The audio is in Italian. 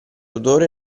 autore